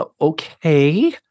okay